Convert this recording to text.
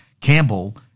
Campbell